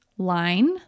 line